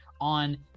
on